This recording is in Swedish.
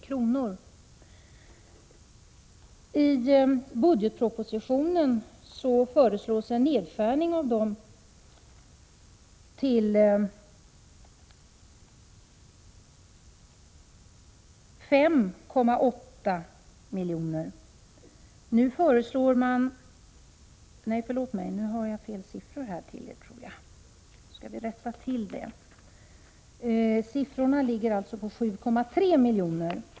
I budgetpro positionen föreslås en nedskärning av det beloppet till 5,3 miljoner.